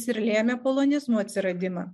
jis ir lėmė polonizmų atsiradimą